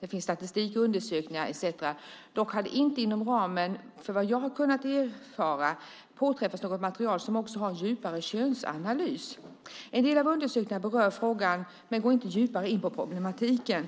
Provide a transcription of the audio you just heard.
Det finns statistik och undersökningar etcetera. Dock har det inte inom ramen för vad jag har kunnat erfara påträffats något material som också har en djupare könsanalys. En del av undersökningarna berör frågan men går inte djupare in på problematiken.